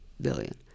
billion